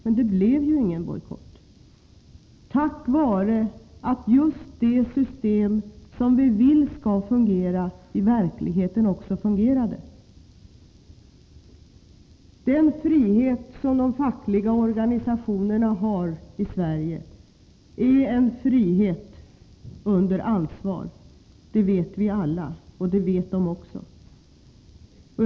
Men det blev ju ingen bojkott — tack vare att just det system som vi vill skall fungera i verkligheten också fungerade. Den frihet som de fackliga organisationerna i Sverige har är en frihet under ansvar — det vet vi alla, och det vet också de.